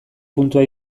puntua